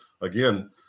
Again